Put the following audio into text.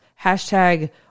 hashtag